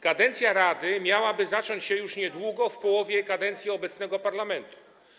Kadencja rady miałaby zacząć się już niedługo, w połowie kadencji obecnego parlamentu.